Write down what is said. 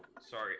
Sorry